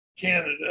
Canada